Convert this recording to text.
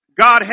God